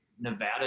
nevada